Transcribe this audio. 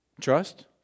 Trust